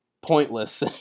pointless